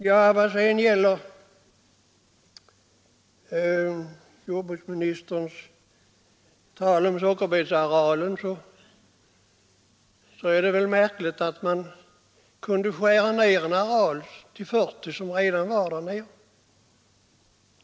I vad sedan gäller jordbruksministerns tal om sockerbetsarealen är det väl märkligt att man kunde skära ned denna areal till 40 000 ha om den redan låg på denna nivå.